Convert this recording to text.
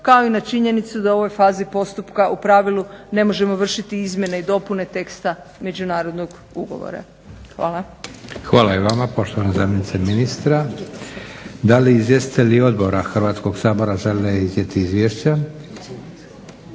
kao i na činjenicu da u ovoj fazi postupka u pravilu ne možemo vršiti izmjene i dopune teksta međunarodnog ugovora. Hvala. **Leko, Josip (SDP)** Hvala i vama poštovana zamjenice ministra. Da li izvjestitelji odbora Hrvatskog sabora žele iznijeti izvješća?